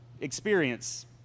experience